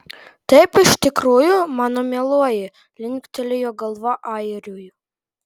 taip iš tikrųjų mano mieloji linktelėjo galva airiui